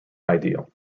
ideal